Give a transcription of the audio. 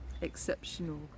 exceptional